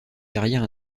carrière